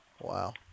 Wow